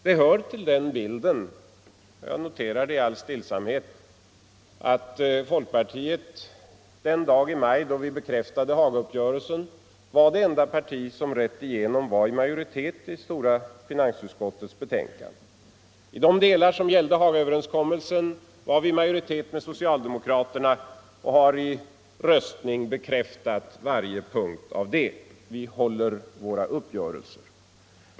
Det hör till den rätta bilden — jag noterar det i all stillsamhet — att folkpartiet den dag i maj då vi bekräftade Hagauppgörelsen var det enda parti som genomgående tillhörde majoriteten i finansutskottets stora betänkande. I de delar som gällde Hagaöverenskommelsen var vi i majoritet med socialdemokraterna och har i röstning bekräftat varje punkt av den. Vi håller våra uppgörelser.